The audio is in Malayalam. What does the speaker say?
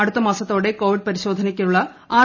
അടുത്ത മാസത്തോടെ കോവിഡ് പരിശോധനയ്ക്കുള്ള ആർ